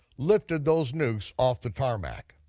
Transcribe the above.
lifted those nukes off the tarmac.